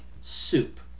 soup